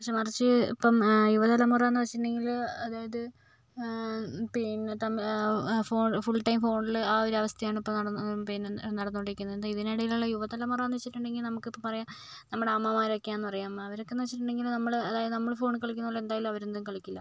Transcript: പക്ഷെ മറിച്ച് ഇപ്പം യുവ തലമുറ എന്ന് വെച്ചിട്ടുണ്ടെങ്കില് അതായത് പിന്നെ ഫോണില് ഫുൾ ടൈം ഫോണില് ആ ഒരവസ്ഥയാണ് ഇപ്പോൾ നടന്ന് പിന്നെ നടന്നുകൊണ്ടിരിക്കുന്നത് ഇതിനിടയിലുള്ള യുവ തലമുറാ എന്ന് വെച്ചിട്ടുണ്ടെങ്കിൽ നമുക്കിപ്പോൾ പറയാം നമ്മുടെ അമ്മമാരൊക്കെയാന്ന് പറയാം അവരൊക്കേന്ന് വെച്ചിട്ടുണ്ടെങ്കില് നമ്മള് അതായത് നമ്മള് ഫോണിൽ കളിക്കുന്ന പോലെ എന്തായാലും അവരൊന്നും കളിക്കില്ല